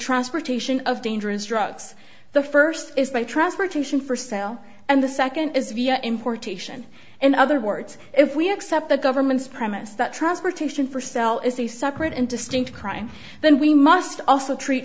transportation of dangerous drugs the first is by transportation for sale and the second is via importation in other words if we accept the government's premise that transportation for sell is a separate and distinct crime then we must also treat